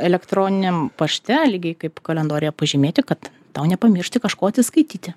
elektroniniam pašte lygiai kaip kalendoriuje pažymėti kad tau nepamiršti kažko atsiskaityti